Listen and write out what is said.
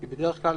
כי בדרך כלל